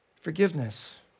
Forgiveness